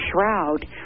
shroud